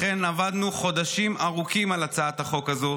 לכן עבדנו חודשים ארוכים על הצעת החוק הזו,